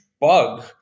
bug